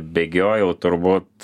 bėgiojau turbūt